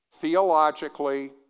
theologically